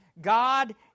God